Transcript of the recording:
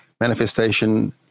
manifestation